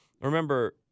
remember